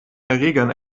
erregern